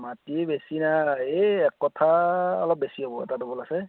মাটি বেছি নাই এই একঠা অলপ বেছি হ'ব তাৰ ড'বল আছে